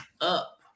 up